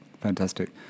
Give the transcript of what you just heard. fantastic